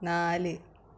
നാല്